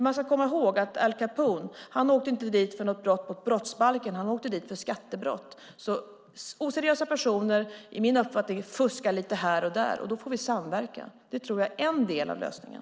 Man ska komma ihåg att Al Capone inte åkte dit för något brott mot brottsbalken utan för skattebrott. Enligt min uppfattning fuskar oseriösa personer lite här och där, och då får vi samverka. Det tror jag är en del av lösningen.